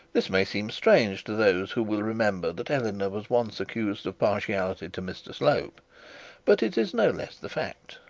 this may seem strange to those who will remember that eleanor was once accused of partiality to mr slope but it is no less the fact.